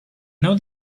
know